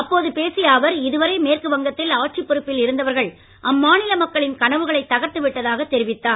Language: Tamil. அப்போது பேசிய அவர் இதுவரை மேற்கு வங்கத்தில் ஆட்சி பொறுப்பில் இருந்தவர்கள் அம் மாநில மக்களின் கனவுகளை தகர்த்துவிட்டதாக தெரிவித்தார்